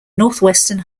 northwestern